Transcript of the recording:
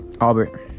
Albert